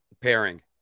pairing